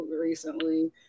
recently